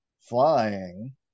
flying